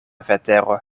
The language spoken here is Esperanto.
vetero